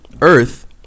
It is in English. Earth